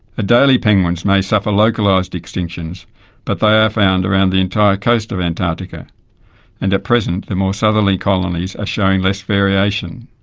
adelie penguins may suffer localised extinctions but they are found around the entire coast of antarctica and at present the more southerly colonies are showing less variation.